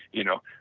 you know,